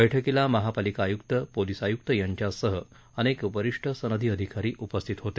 बैठकीला महापालिका आय्क्त पोलीस आय्क्त यांच्यासह अनेक वरिष्ठ सनदी अधिकारी उपस्थित होते